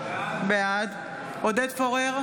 בעד עודד פורר,